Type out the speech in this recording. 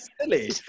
Silly